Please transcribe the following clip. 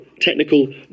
technical